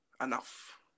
enough